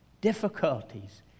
difficulties